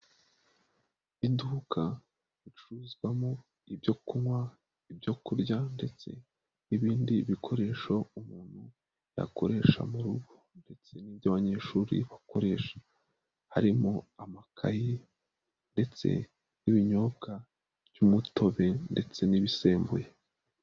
Iduka ricururizwamo ibyo kunywa, ibyo kurya ndetse n'ibindi bikoresho umuntu yakoresha mu rugo ndetse n'iby'abanyeshuri bakoresha, harimo amakayi ndetse n'ibinyobwa by'umutobe ndetse n'ibisembuye.